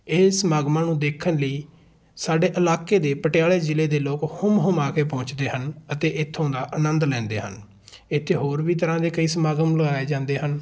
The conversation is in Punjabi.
ਇਹ ਸਮਾਗਮਾਂ ਨੂੰ ਦੇਖਣ ਲਈ ਸਾਡੇ ਇਲਾਕੇ ਦੇ ਪਟਿਆਲੇ ਜ਼ਿਲ੍ਹੇ ਦੇ ਲੋਕ ਹੁੰਮ ਹੁੰਮਾ ਕੇ ਪਹੁੰਚਦੇ ਹਨ ਅਤੇ ਇੱਥੋਂ ਦਾ ਆਨੰਦ ਲੈਂਦੇ ਹਨ ਇੱਥੇ ਹੋਰ ਵੀ ਤਰ੍ਹਾਂ ਦੇ ਕਈ ਸਮਾਗਮ ਲਗਾਏ ਜਾਂਦੇ ਹਨ